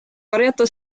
varjata